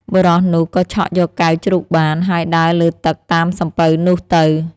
បុរសនោះក៏ឆក់យកកែវជ្រូកបាន ហើយដើរលើទឹកតាមសំពៅនោះទៅ។